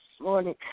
morning